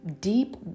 deep